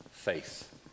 faith